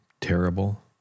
terrible